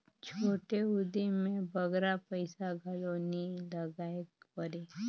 छोटे उदिम में बगरा पइसा घलो नी लगाएक परे